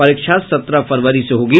परीक्षा सत्रह फरवरी से होगी